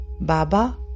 Baba